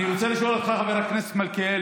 אני רוצה לשאול אותך, חבר הכנסת מלכיאלי: